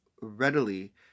readily